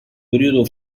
periodo